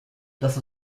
lass